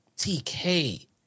TK